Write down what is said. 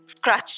scratch